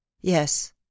Yes